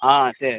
ஆ சரி